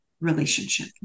relationship